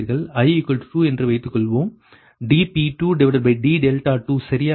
i 2 என்று வைத்துக்கொள்வோம் dP2d2 சரியா